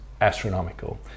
astronomical